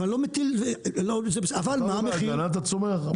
אה, טוב הגנת הצומח.